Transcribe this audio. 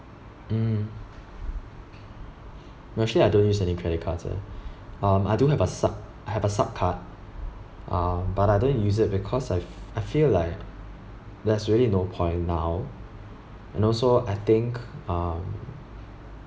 mm actually I don't use any credit cards ah um I do have a supp I have a supp card uh but I don't use it because I f~ I feel like there's really no point now and also I think um